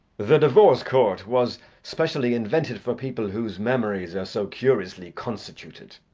the divorce court was specially invented for people whose memories are so curiously constituted.